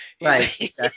Right